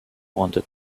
wanted